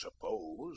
suppose